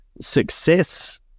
success